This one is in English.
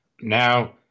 Now